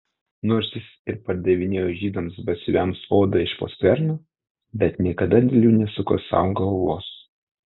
nors jis ir pardavinėjo žydams batsiuviams odą iš po skverno bet niekada dėl jų nesuko sau galvos